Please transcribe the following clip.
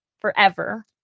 forever